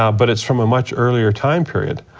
um but it's from a much earlier time period.